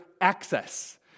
access